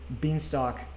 Beanstalk